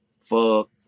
fuck